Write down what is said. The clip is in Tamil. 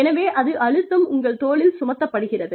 எனவே அது அழுத்தம் உங்கள் தோளில் சுமத்தப்படுகிறது